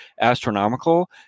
astronomical